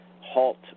halt